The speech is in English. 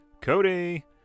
Cody